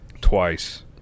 twice